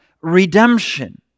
redemption